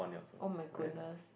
[oh]-my-goodness